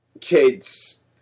kids